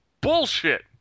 bullshit